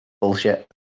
bullshit